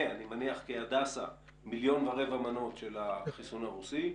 כהדסה מיליון ורבע מנות של החיסון הרוסי.